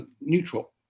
neutral